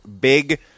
big